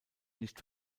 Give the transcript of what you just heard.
nicht